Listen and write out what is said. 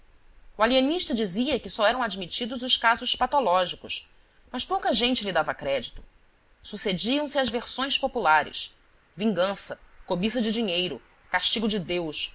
o alienista dizia que só eram admitidos os casos patológicos mas pouca gente lhe dava crédito sucediam-se as versões populares vingança cobiça de dinheiro castigo de deus